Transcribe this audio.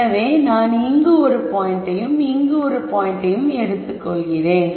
எனவே நான் இங்கு ஒரு பாயிண்டையும் இங்கு ஒரு பாயிண்டையும் எடுத்துக் கொள்வோம்